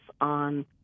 on